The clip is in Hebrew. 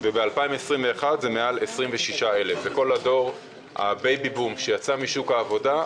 וב-2021 זה מעל 26,000. כל הדור הבייבי בום שיצא משוק העבודה.